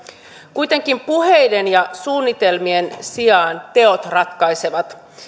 kuitenkin puheiden ja suunnitelmien sijaan teot ratkaisevat